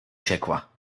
ciekła